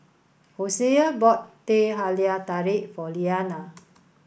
Hosea bought Teh Halia Tarik for Leanna